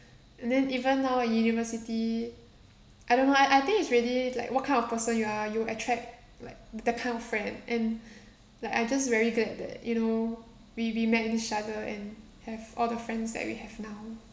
and then even now in university I don't know leh I I think is really like what kind of person you are you attract like that kind of friend and like I just very glad that you know we we met each other and have all the friends that we have now